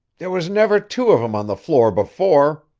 there was never two of em on the floor before,